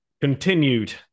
continued